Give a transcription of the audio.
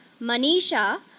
manisha